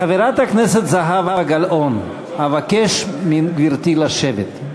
חברת הכנסת זהבה גלאון, אבקש מגברתי לשבת.